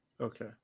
Okay